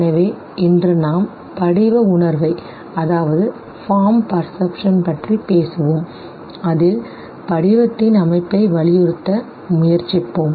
எனவே இன்று நாம் படிவ உணர்வைப் பற்றி பேசுவோம் அதில் படிவத்தின் அமைப்பை வலியுறுத்த முயற்சிப்போம்